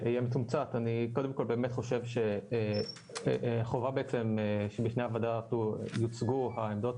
אני באמת חושב שחובה שבפני הוועדה יוצגו העמדות